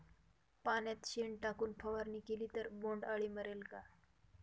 पाण्यात शेण टाकून फवारणी केली तर बोंडअळी मरेल का?